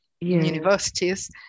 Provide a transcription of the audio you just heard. universities